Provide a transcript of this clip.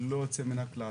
ללא יוצא מן הכלל.